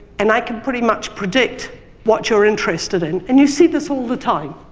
and i can pretty much predict what you're interested in. and you see this all the time.